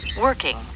Working